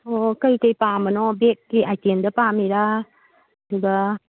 ꯑꯣ ꯀꯩꯀꯩ ꯄꯥꯝꯕꯅꯣ ꯕꯦꯛꯀꯤ ꯑꯥꯏꯇꯦꯝꯗ ꯄꯥꯝꯃꯤꯔꯥ ꯑꯗꯨꯒ